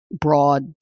broad